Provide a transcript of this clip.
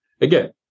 Again